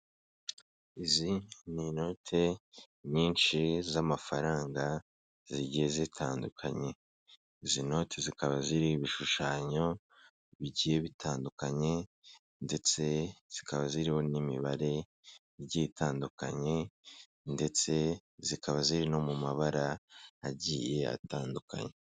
Izi ni inoti nyinshi z'amafaranga zigiye zitandukanye, izi noti zikaba ziriho ibishushanyo bigiye bitandukanye ndetse zikaba ziriho n'imibare igiye itandukanye ndetse zikaba ziri no mu mabara agiye atandukanye.